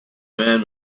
man